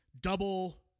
double